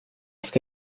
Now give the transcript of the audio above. ska